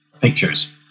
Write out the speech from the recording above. pictures